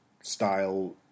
style